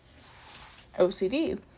OCD